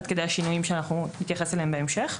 עד כדי השינויים שאנחנו נתייחס אליהם בהמשך.